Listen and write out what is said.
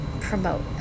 promote